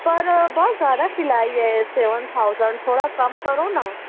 پر بہت زيادہ سلائى ہے سيون تھاؤزنڈ تھوڑا كم كرو نا